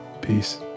Peace